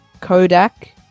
Kodak